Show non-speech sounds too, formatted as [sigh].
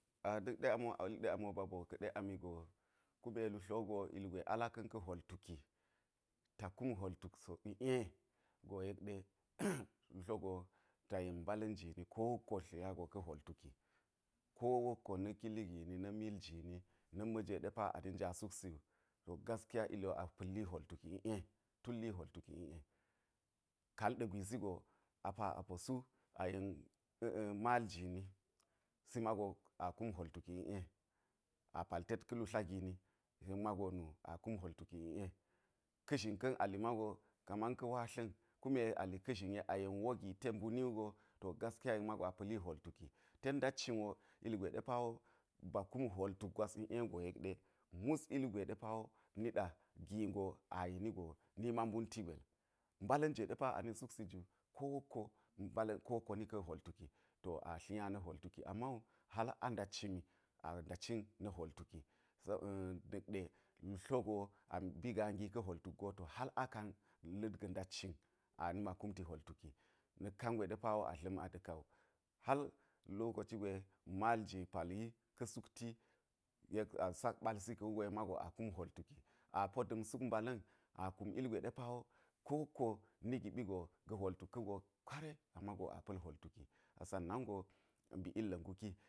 A̱ na̱k ɗe amo a wuli ɗe ba boo ka̱ɗe ami go, kume lu tlo wugo ilgwe a laka̱n ka̱ hwol tuki ta kum hwol tuk so iˈe go yek ɗe [noise] lu go ta yen mbala̱n jini ko wokko tlinya go ka̱ hwol tuki ko wokko na̱ kili gini na̱ mil jini na̱ ma̱jwe ɗe poa wo ni nja suksi wu to gaskiya ili wo a pali hwol tuki iˈe tulli hwol tuki iˈe, kaal ɗa̱ gwisi a pa a po su a yen a̱a̱ mal jini si mago a kum hwol tuki i'e a pal tet ka̱ lu tla gini yek mago nu a kum hwol tuki iˈe, ka̱ zhin ka̱n a li mago kaman ka̱ kume a li ka̱ zhin yek a yen wo gi te mbuni wugo, to gasikya yek amgo a pa̱li hwol tuki, ten ndat cin wo ilgwe ɗe pa wo ba kum hwol gwas iˈe go yek ɗe mus ilgwe ɗe pa wo niɗa gi go a yeni go ni ma nbunti gwel mbala̱n jwe pa a ni suksi ju ko wokko mbala̱n ko wokko ni ka̱ hwol tuk to a tlinya na̱ hwol tuki a ma wu hal a ndat cimi a nda cin na̱ hwol tuki a̱ na̱k ɗe lu tlo go a mbi gaa gi ka̱ hwol tuk go to hal akan la̱t ga̱ ndat cin a nima kumti hwol tuki, na̱k kangwe ɗe pa wo a dla̱m a da̱ka wu hal loko ci gwe mal ji pal yi ka̱ sukti yek a sak ɓalsi ka̱ wugo yek mago a kum hwol tuki a po da̱m suk mbala̱n a po kum ilgwe ɗe pa wo ko wokko ni giɓi go ga̱ hwol tuk ka̱ go kwarai a mago a pal hwol tuk a sannan go a mbi illa̱ nuki.